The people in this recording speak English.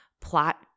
plot